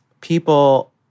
people